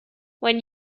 when